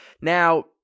Now